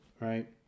right